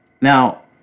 Now